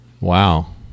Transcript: Wow